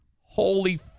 holy